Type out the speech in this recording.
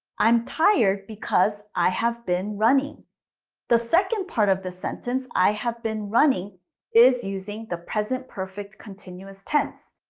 i'm tired because because i have been running the second part of the sentence, i have been running is using the present perfect continuous tense.